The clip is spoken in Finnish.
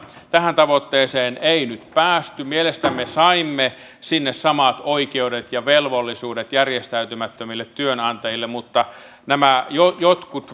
tähän tavoitteeseen ei nyt päästy mielestämme saimme sinne samat oikeudet ja velvollisuudet järjestäytymättömille työnantajille mutta jotkut